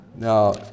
Now